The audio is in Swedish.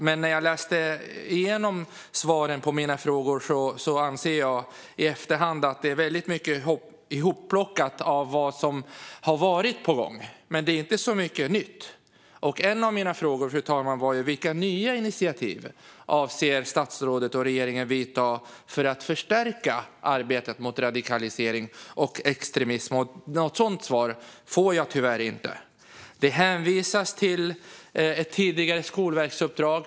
Men när jag hade läst igenom svaren på mina frågor anser jag i efterhand att det är väldigt mycket hopplockat av vad som har varit på gång, men det är inte så mycket nytt. En av mina frågor, fru talman, gällde vilka nya initiativ statsrådet och regeringen avser att vidta för att förstärka arbetet mot radikalisering och extremism. Något sådant svar får jag tyvärr inte. Det hänvisas till ett tidigare skolverksuppdrag.